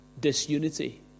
disunity